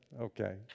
okay